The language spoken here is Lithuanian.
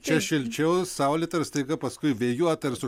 čia šilčiau saulėta ir staiga paskui vėjuota ir su